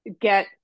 get